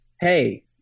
hey